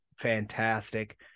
Fantastic